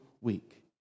week